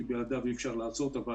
כי בלעדיו אי אפשר לעשות את הדברים,